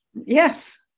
Yes